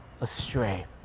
astray